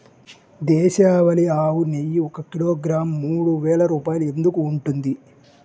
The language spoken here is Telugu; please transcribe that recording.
దేశవాళీ ఆవు నెయ్యి ఒక కిలోగ్రాము మూడు వేలు రూపాయలు ఎందుకు ఉంటుంది?